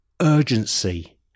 urgency